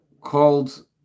called